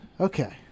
Okay